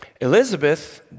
Elizabeth